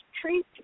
treat